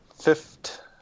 fifth